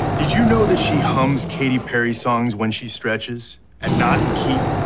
did you know that she hums katy perry songs when she stretches and not in key,